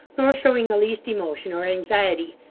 nor showing the least emotion or anxiety.